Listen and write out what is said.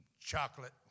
chocolate